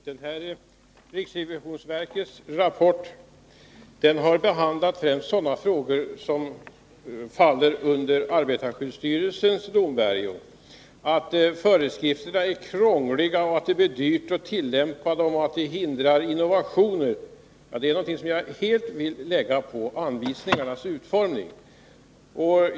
Herr talman! Riksrevisionsverkets rapport har behandlat främst sådana frågor som faller under arbetarskyddsstyrelsens domvärjo. Att föreskrifterna är krångliga, att det blir dyrt att tillämpa dem och att de hindrar innovationer är någonting som jag helt vill hänföra till anvisningarnas utformning.